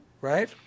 right